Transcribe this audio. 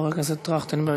חבר הכנסת טרכטנברג,